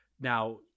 Now